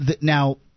now –